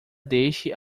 deixe